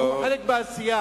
תיקחו חלק בעשייה,